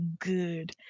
Good